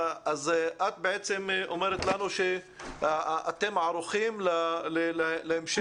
את בעצם אומרת לנו שאתם ערוכים להמשך.